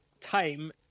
time